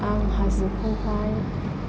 आं हाजोखौहाय